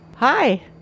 Hi